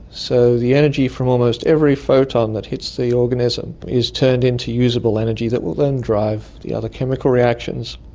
so the energy from almost every photon that hits the organism is turned into useable energy that will then drive the other chemical reactions.